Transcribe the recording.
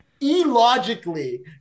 Illogically